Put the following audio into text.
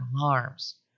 alarms